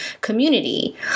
community